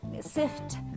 sift